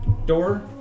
Door